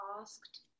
asked